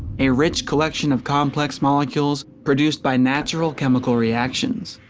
a rich collection of complex molecules produced by natural chemical reactions.